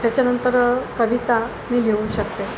त्याच्यानंतर कविता मी लिहू शकते